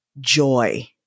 joy